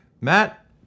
Matt